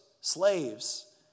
slaves